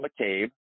McCabe